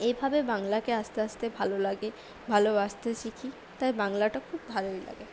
এভাবে বাংলাকে আস্তে আস্তে ভালো লাগে ভালোবাসতে শিখি তাই বাংলাটা খুব ভালোই লাগে